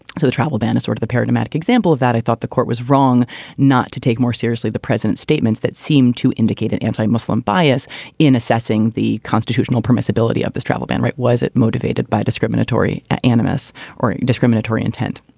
so the travel ban is sort of the paradigmatic example of that. i thought the court was wrong not to take more seriously the present statements that seem to indicate an anti-muslim bias in assessing the constitutional permissibility of the travel ban. was it motivated by discriminatory animus or discriminatory intent?